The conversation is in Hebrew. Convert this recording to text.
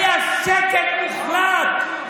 היה שקט מוחלט,